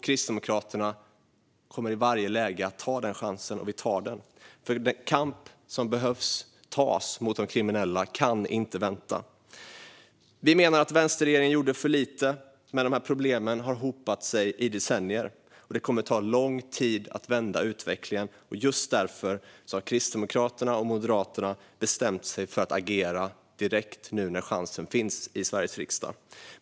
Kristdemokraterna tar den chansen i varje läge. Kampen som behöver tas mot de kriminella kan inte vänta. Vi menar att vänsterregeringen gjorde för lite, men problemen har hopat sig i decennier. Det kommer att ta lång tid att vända utvecklingen. Just därför har Kristdemokraterna och Moderaterna bestämt sig för att agera direkt nu när chansen finns i Sveriges riksdag.